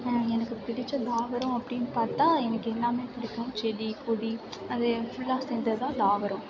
எனக்கு பிடிச்ச தாவரம் அப்படின்னு பார்த்தா எனக்கு எல்லாமே புடிக்கும் செடி கொடி அது ஃபுல்லாக சேர்ந்ததுதான் தாவரம்